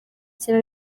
kera